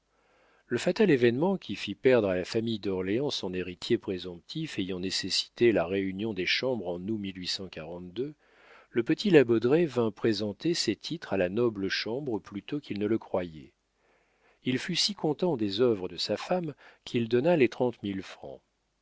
le fatal événement qui fit perdre à la famille d'orléans son héritier présomptif ayant nécessité la réunion des chambres en nous le petit la baudraye vint présenter ses titres à la noble chambre plus tôt qu'il ne le croyait il fut si content des œuvres de sa femme qu'il donna les trente mille francs